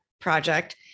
project